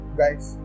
guys